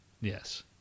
Yes